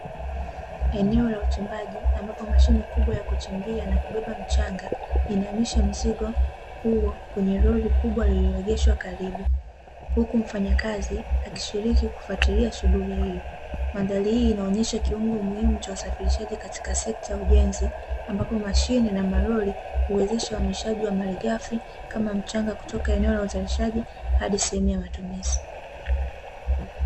Eneo la uchimbaji, ambapo mashine kubwa ya kuchimbia na kubeba mchanga inahamisha mzigo huo kwenye lori kubwa lililoegeshwa karibu huku mfanyakazi akishiriki kufuatilia shughuli hiyo. Bandari hii inaonyesha kiungo muhimu cha usafirishaji katika sekta ya ujenzi ambapo mashine na malori, huwezesha uhamishaji wa malighafi kama mchanga kutoka eneo la uzalishaji hadi eneo la matumizi.